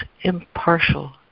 impartial